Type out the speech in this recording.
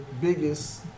biggest